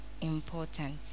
important